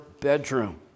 bedroom